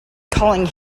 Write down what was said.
calling